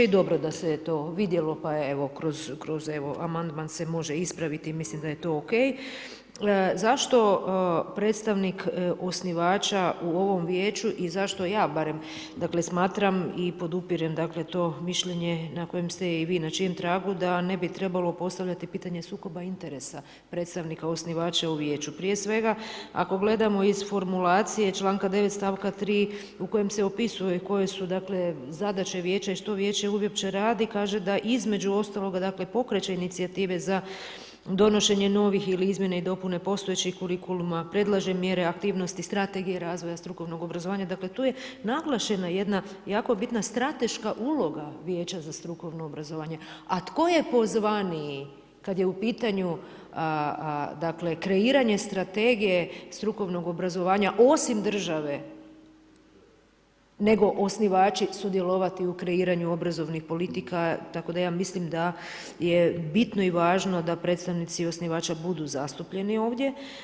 I dobro je da se je to vidjelo, pa kroz amandman se može ispraviti i mislim da je to o.k. Zašto predstavnik osnivača u ovom vijeću i zašto ja barem smatram i podupirem to mišljenje na kojem ste i vi na čijem tragu da ne bi trebalo postavljati pitanje sukoba interesa predstavnika osnivača u vijeću prije svega ako gledamo iz formulacije članka 9. stavka 3. u kojem se opisuje koje su zadaće vijeća i što vijeće uopće radi, kaže da između ostaloga pokreće inicijative za donošenje novih ili izmjene i dopune postojećih kurikuluma, predlaže mjere aktivnosti strategije razvoja strukovnog obrazovanja, dakle tu je naglašena jedna jako bitna strateška uloga vijeća za strukovno obrazovanje a tko je pozvaniji kad je u pitanju kreiranje strategije strukovnog obrazovanja osim države nego osnivači sudjelovati u kreiranju obrazovnih politika, tako da ja mislim da je bitno i važno da predstavnici osnivača budu zastupljeni ovdje.